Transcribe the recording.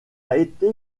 été